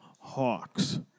Hawks